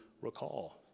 recall